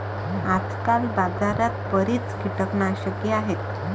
आजकाल बाजारात बरीच कीटकनाशके आहेत